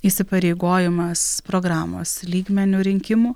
įsipareigojimas programos lygmeniu rinkimų